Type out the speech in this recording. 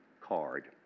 card